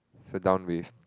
so down with